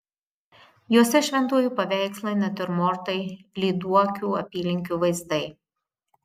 juose šventųjų paveikslai natiurmortai lyduokių apylinkių vaizdai